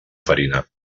farina